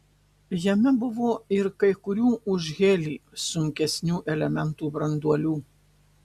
jame buvo ir kai kurių už helį sunkesnių elementų branduolių